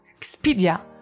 Expedia